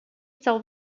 still